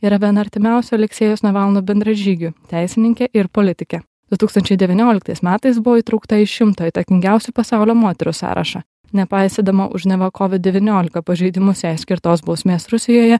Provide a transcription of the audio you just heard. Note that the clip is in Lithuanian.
yra viena artimiausių aleksejaus navalno bendražygių teisininkė ir politikė du tūkstančiai devynioliktais metais buvo įtraukta į šimto įtakingiausių pasaulio moterų sąrašą nepaisydama už neva kovid devyniolika pažeidimus jai skirtos bausmės rusijoje